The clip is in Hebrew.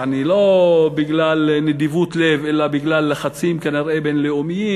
יעני לא בגלל נדיבות לב אלא בגלל לחצים כנראה בין-לאומיים,